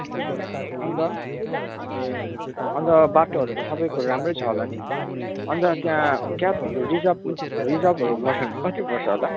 ए अन्त ए अन्त बाटोहरू त सबै कुरो राम्रै छ होला नि अन्त त्यहाँ क्याबहरू रिजर्भ रिजर्भहरू गऱ्यो भने कति पर्छ होला